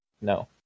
No